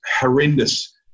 horrendous